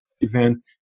events